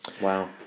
Wow